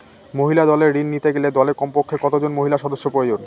মহিলা দলের ঋণ নিতে গেলে দলে কমপক্ষে কত জন মহিলা সদস্য প্রয়োজন?